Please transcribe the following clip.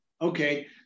Okay